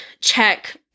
check